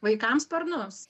vaikam sparnus